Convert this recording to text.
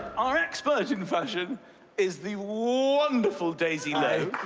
our expert in fashion is the wonderful daisy lowe.